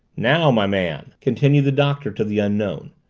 now, my man, continued the doctor to the unknown.